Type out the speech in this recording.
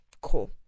cool